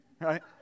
right